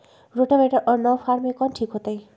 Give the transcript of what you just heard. Rotavator और नौ फ़ार में कौन ठीक होतै?